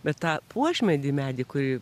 bet tą puošmedį medį kurį